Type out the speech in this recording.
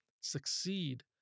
succeed